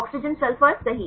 oxygen sulphur सही